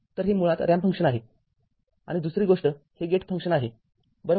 तर हे मुळात रॅम्प फंक्शन आहे आणि दुसरी गोष्ट हे गेट फंक्शन आहे बरोबर